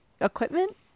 equipment